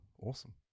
Awesome